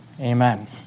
Amen